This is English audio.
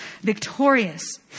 victorious